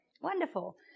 Wonderful